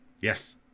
Yes